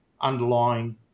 underlying